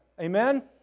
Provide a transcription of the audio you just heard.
Amen